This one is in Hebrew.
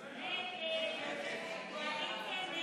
(20) של קבוצת סיעת יש עתיד-תל"ם וקבוצת סיעת